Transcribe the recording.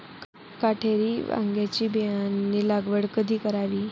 काटेरी वांग्याची बियाणे लागवड कधी करावी?